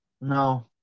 No